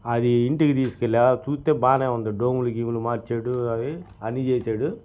అది ఇంటికి తీసుకెళ్ళాను చూస్తే బాగానే ఉంది డోములుగీములు మార్చాడు అవి అన్ని చేేశాడు